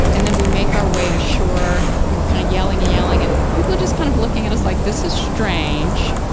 and then we make our way to shore and we're kind of yelling, yelling and people just kind of looking at us like this is strange,